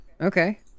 Okay